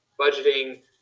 budgeting